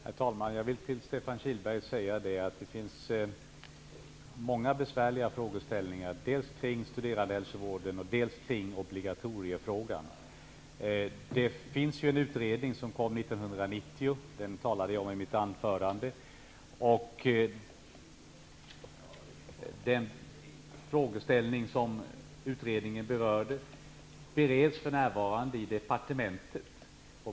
Herr talman! Jag vill till Stefan Kihlberg säga att det finns många besvärliga frågeställningar, dels kring studerandehälsovården, dels kring obligatoriefrågan. Det finns en utredning som kom 1990. Den talade jag om i mitt anförande. Den frågeställning som utredningen berörde bereds för närvarande i departementet.